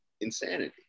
insanity